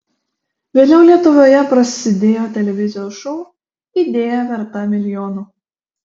vėliau lietuvoje prasidėjo televizijos šou idėja verta milijono